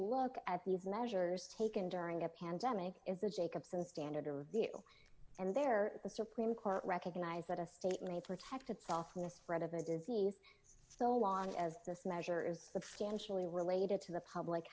look at move measures taken during a pandemic is the jacobson standard or view and there the supreme court recognise that a state need protect itself from the spread of the disease so long as this measure is substantially related to the public